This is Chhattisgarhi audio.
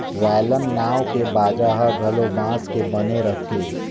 वायलन नांव के बाजा ह घलो बांस के बने रथे